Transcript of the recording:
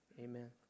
amen